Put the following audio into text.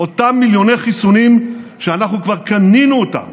אותם מיליוני חיסונים שאנחנו כבר קנינו אותם